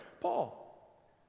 Paul